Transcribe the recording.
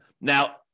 Now